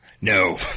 No